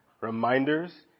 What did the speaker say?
reminders